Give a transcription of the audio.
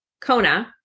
Kona